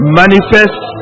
manifest